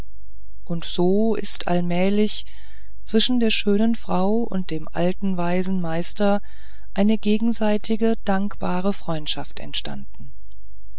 und so ist allmählich zwischen der schönen frau und dem alten weisen meister eine gegenseitige dankbare freundschaft entstanden